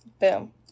Boom